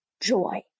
joy